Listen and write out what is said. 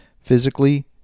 physically